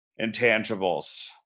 intangibles